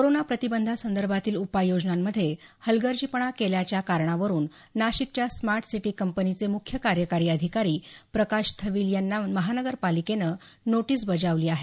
corona प्रतिबंधासंदर्भातील उपाययोजनांमध्ये हलगर्जीपणा केल्याच्या कारणावरुन नाशिकच्या स्मार्ट सिटी कंपनीचे मुख्य कार्यकारी अधिकारी प्रकाश थविल यांना महानगर पालिकेनं नोटिस बजावली आहे